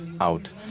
out